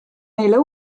neile